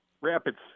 Rapids